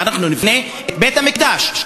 ואנחנו נבנה את בית-המקדש.